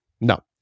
No